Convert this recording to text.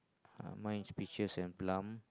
uh mine is peaches and plum